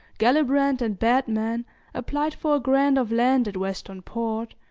gellibrand and batman applied for a grant of land at western port,